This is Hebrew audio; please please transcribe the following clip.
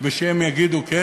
ושהם יגידו כן?